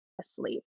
asleep